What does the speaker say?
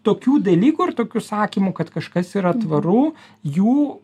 tokių dalykų ir tokių sakymų kad kažkas yra tvaru jų